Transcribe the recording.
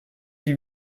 die